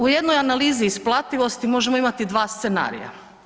U jednoj analizi isplativosti možemo imati dva scenarija.